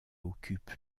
occupe